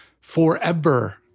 forever